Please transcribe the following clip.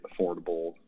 affordable